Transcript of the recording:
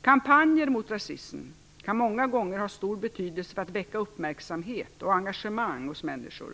Kampanjer mot rasism kan många gånger ha stor betydelse för att väcka uppmärksamhet och engagemang hos människor.